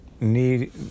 need